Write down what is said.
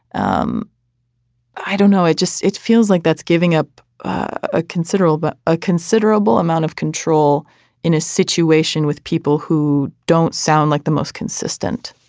um i don't know i just it feels like that's giving up a considerable but a considerable amount of control in a situation with people who don't sound like the most consistent